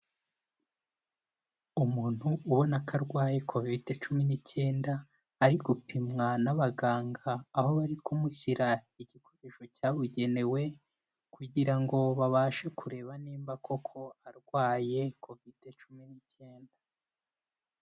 Umuntu ubona ko arwaye Kovide cumi n'icyenda, ari gupimwa n'abaganga aho bari kumushyira igikoresho cyabugenewe, kugira babashe kureba nimba koko arwaye Kovide cumi n'icyenda.